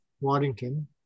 Waddington